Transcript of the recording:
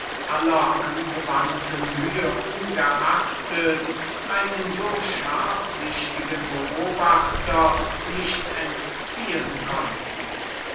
aller angewandten mühe ungeachtet einem so scharfsichtigen beobachter nicht entziehen konnten